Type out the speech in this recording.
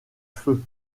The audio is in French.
feu